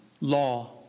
law